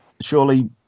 surely